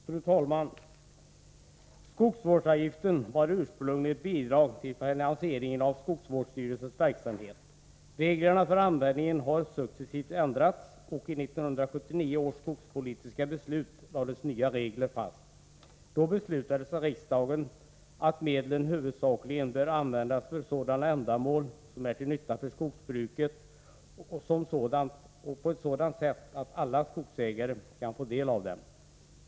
Fru talman! Skogsvårdsavgiften var ursprungligen ett bidrag till finansieringen av skogsvårdsstyrelsernas verksamhet. Reglerna för användningen har successivt ändrats, och i 1979 års skogspolitiska beslut lades nya regler fast. Då beslutade riksdagen att medlen huvudsakligen bör användas för sådana ändamål som är till nytta för skogsbruket som sådant och på ett sådant sätt att alla skogsägare kan få del av dem.